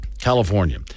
california